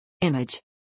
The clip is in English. Image